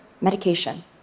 medication